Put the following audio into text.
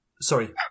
sorry